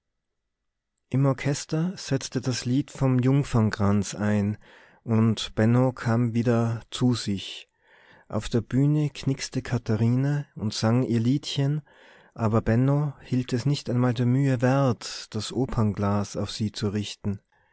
im orchester setzte das lied vom jungfernkranz ein und benno kam wieder zu sich auf der bühne knickste katharine und sang ihr liedchen aber benno hielt es nicht einmal der mühe wert das opernglas auf sie zu richten